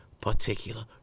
particular